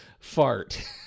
fart